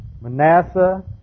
Manasseh